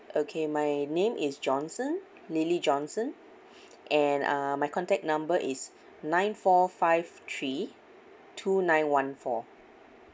okay my name is johnson lily johnson and uh my contact number is nine four five three two nine one four